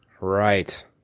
Right